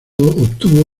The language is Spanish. obtuvo